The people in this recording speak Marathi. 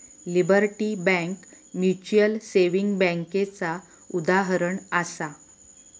लिबर्टी बैंक म्यूचुअल सेविंग बैंकेचा उदाहरणं आसा